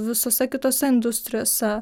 visose kitose industrijose